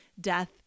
death